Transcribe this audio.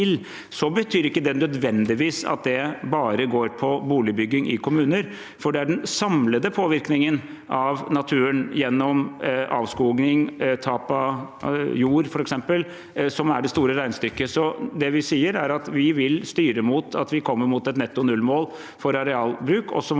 Det betyr ikke nødvendigvis at det bare går på boligbygging i kommuner, for det er den samlede påvirkningen av naturen, f.eks. gjennom avskoging og tap av jord, som er det store regnestykket. Det vi sier, er at vi vil styre mot at vi kommer mot et netto null-mål for arealbruk,